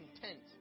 content